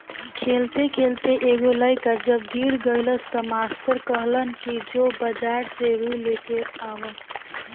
खेलते खेलते एगो लइका जब गिर गइलस त मास्टर कहलन कि जो बाजार से रुई लेके आवा